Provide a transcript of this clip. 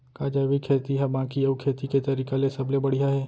का जैविक खेती हा बाकी अऊ खेती के तरीका ले सबले बढ़िया हे?